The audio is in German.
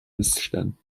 missständen